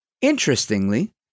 interestingly